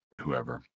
whoever